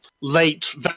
late